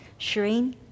Shireen